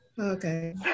Okay